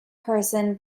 person